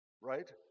right